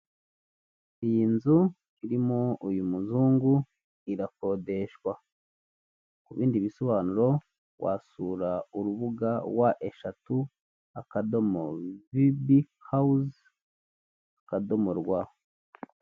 Iyi nzu irimo uyu muzungu irakodeshwa, ku bindi bisobanuro wasura urubuga wa eshatu, akadomo, vibi hawuzi, akadomo, rwa.